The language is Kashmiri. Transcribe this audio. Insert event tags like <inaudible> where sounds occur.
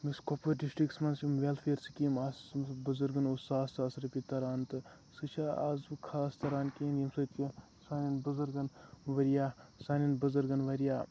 یِم اَسہِ کۄپوٲرۍ ڈِسٹِرٛکَس منٛز یِم وٮ۪لفِیَر سِکیٖم آسہٕ <unintelligible> بُزرگَن اوس ساس ساس رۄپیہِ تَران تہٕ سُہ چھِ آز وۄنۍ خاص تران کِہیٖنۍ ییٚمہِ سۭتۍ کہِ سانٮ۪ن بُزرگَن واریاہ سانٮ۪ن بُزرگَن واریاہ